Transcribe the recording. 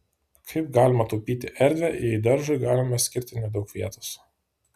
kaip galima taupyti erdvę jei daržui galime skirti nedaug vietos